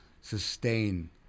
sustain